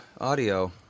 audio